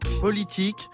Politique